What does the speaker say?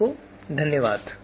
आपको धन्यवाद